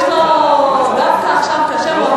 דווקא עכשיו כאשר,